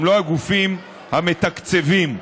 הם לא הגופים המתקצבים,